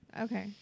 Okay